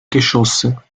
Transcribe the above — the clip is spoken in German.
geschosse